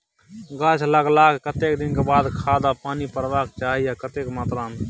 गाछ लागलाक कतेक दिन के बाद खाद आ पानी परबाक चाही आ कतेक मात्रा मे?